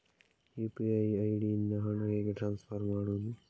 UPI ID ಇಂದ ಹಣ ಹೇಗೆ ಟ್ರಾನ್ಸ್ಫರ್ ಮಾಡುದು?